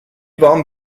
warm